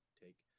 take